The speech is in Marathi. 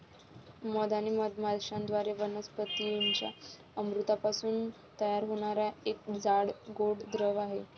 मध हा मधमाश्यांद्वारे वनस्पतीं च्या अमृतापासून तयार होणारा एक जाड, गोड द्रव आहे